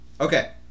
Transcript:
Okay